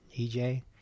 EJ